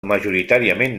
majoritàriament